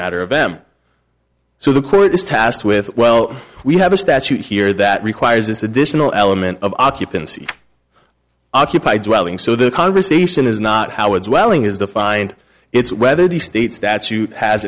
matter of them so the court is tasked with well we have a statute here that requires this additional element of occupancy occupied dwelling so the conversation is not how it's welling is defined it's whether the state statute has